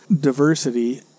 diversity